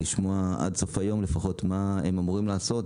לשמוע עד סוף היום לפחות מה הם מתכוונים לעשות,